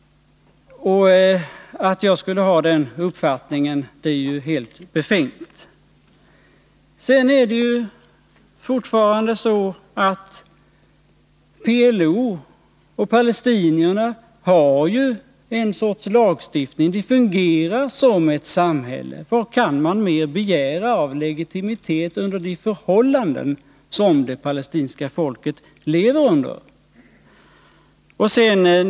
Att jag skulle ha den uppfattningen är ju helt befängt. PLO och palestinierna har ju en sorts lagstiftning. Det fungerar som ett samhälle. Kan man begära mera av legitimitet med tanke på de förhållanden som det palestinska folket lever under?